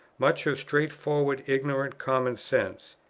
much of straightforward ignorant common sense.